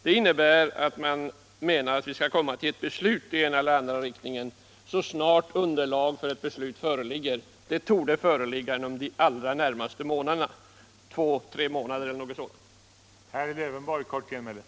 Det innebär att vi anser att det skall fattas ett beslut i den ena eller andra riktningen så snart underlag för ett beslut föreligger. Det torde föreligga inom de allra närmaste månaderna —- inom två tre månader eller någonting sådant.